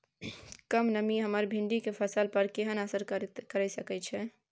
कम नमी हमर भिंडी के फसल पर केहन असर करिये सकेत छै?